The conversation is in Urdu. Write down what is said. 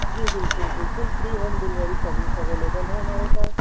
جی بالکل بالکل free home delivery service available ہے ہمارے پاس